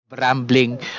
rambling